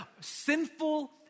Sinful